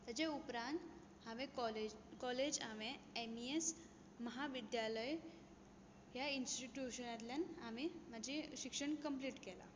ताचे उपरांत कॉलेज हांवें एम इ एस महाविद्यालय ह्या इन्स्टिट्यूशनांतल्यान हांवें म्हाजें शिक्षण कम्पलीट केलां